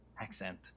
accent